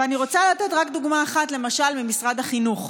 ואני רוצה לתת רק דוגמה אחת, למשל ממשרד החינוך.